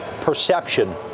perception